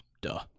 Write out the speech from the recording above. Duh